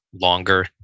longer